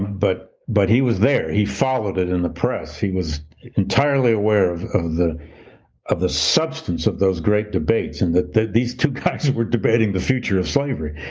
but but he was there. he followed it in the press. he was entirely aware of the of the substance of those great debates and that these two guys were debating the future of slavery.